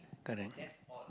correct